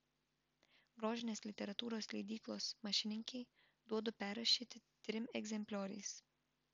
grožinės literatūros leidyklos mašininkei duodu perrašyti trim egzemplioriais